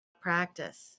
Practice